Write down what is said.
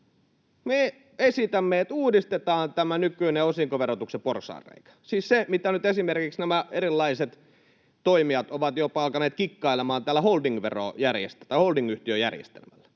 Me esitämme, että uudistetaan tämä nykyinen osinkoverotuksen porsaanreikä — siis se, jossa nyt esimerkiksi erilaiset toimijat ovat jopa alkaneet kikkailemaan holdingyhtiöjärjestelmällä.